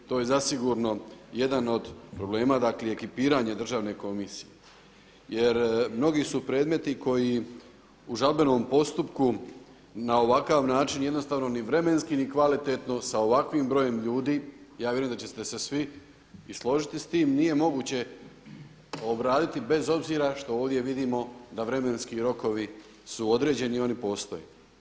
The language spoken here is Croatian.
To je zasigurno jedan od problema, dakle ekipiranje državne komisije jer mnogi su predmeti koji u žalbenom postupku na ovakav način jednostavno ni vremenski, ni kvalitetno sa ovakvim brojem ljudi – ja vjerujem da ćete se svi i složiti s tim – nije moguće obraditi bez obzira što ovdje vidimo da vremenski rokovi su određeni i oni postoje.